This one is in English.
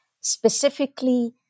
Specifically